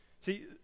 See